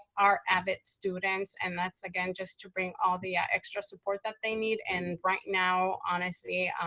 are avid students, and that's again just to bring all the extra support that they need, and right now, honestly,